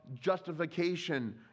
justification